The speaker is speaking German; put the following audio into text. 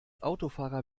autofahrer